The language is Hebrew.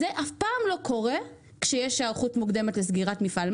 זה אף פעם לא קורה כשיש היערכות מוקדמת לסגירה מפעל,